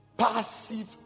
Passive